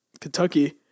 Kentucky